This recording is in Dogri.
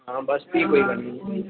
हां बस फ्ही कोई गल्ल नी